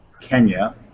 Kenya